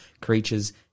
creature's